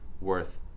worth